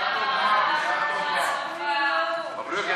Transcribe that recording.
ההצעה להעביר את